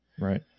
right